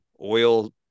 oil